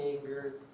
anger